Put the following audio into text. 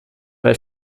bei